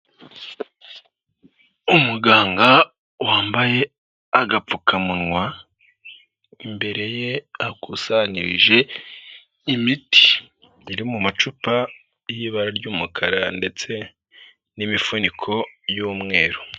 Umuganga wambaye agapfukamunwa, imbere ye hakusanyirije imiti iri mu macupa y'ibara ry'umukara ndetse n'imifuniko y'umweru.